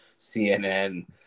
CNN